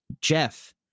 Jeff